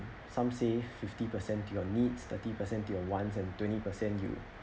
some say fifty percent to your needs thirty percent to your ones and twenty percent you